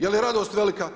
Je li radost velika?